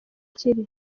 kiri